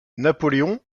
napoléon